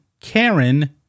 Karen